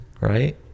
right